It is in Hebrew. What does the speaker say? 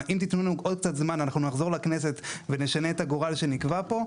אם תתנו לנו עוד קצת זמן אנחנו נחזור לכנסת ונשנה את הגורל שנקבע פה",